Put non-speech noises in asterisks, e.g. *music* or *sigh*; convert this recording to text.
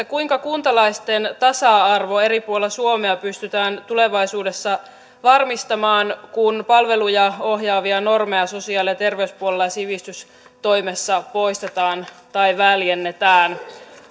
*unintelligible* kuinka kuntalaisten tasa arvo eri puolilla suomea pystytään tulevaisuudessa varmistamaan kun palveluja ohjaavia normeja sosiaali ja terveyspuolella ja sivistystoimessa poistetaan tai väljennetään